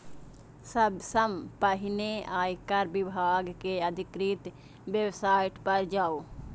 सबसं पहिने आयकर विभाग के अधिकृत वेबसाइट पर जाउ